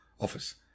office